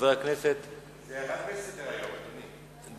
הצעה לסדר-היום שמספרה 2178,